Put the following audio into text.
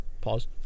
Pause